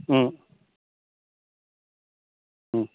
ம் ம்